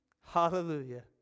Hallelujah